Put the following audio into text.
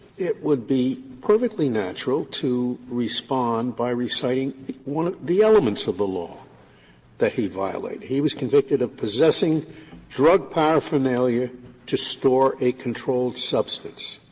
it would be perfectly natural to respond by reciting one the elements of the law that he violated. he was convicted of possessing drug paraphernalia to store a controlled substance.